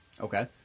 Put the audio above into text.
Okay